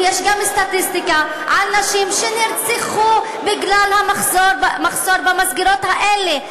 ויש גם סטטיסטיקה על נשים שנרצחו בגלל המחסור במסגרות האלה.